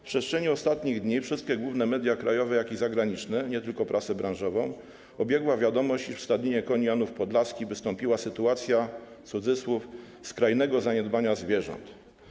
W przestrzeni ostatnich dni wszystkie główne media krajowe, jak i zagraniczne, nie tylko prasę branżową, obiegła wiadomość, iż w Stadninie Koni Janów Podlaski wystąpiła sytuacja „skrajnego zaniedbania zwierząt”